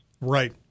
Right